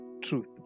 Truth